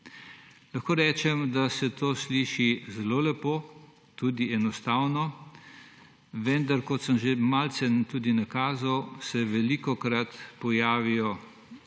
Lahko rečem, da se to sliši zelo lepo, tudi enostavno, vendar kot sem že malce tudi nakazal, se velikokrat pojavi